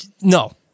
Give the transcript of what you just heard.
No